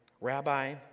Rabbi